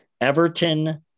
Everton